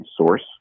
source